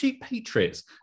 Patriots